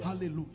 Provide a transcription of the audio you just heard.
Hallelujah